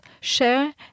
share